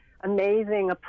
amazing